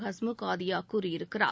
ஹஸ்முக் ஆதியா கூறியிருக்கிறார்